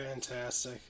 fantastic